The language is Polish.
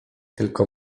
tylko